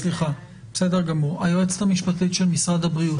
בסדר גמור היועצת המשפטית של משרד הבריאות,